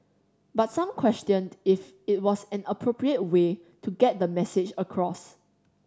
but some questioned if it was an appropriate way to get the message across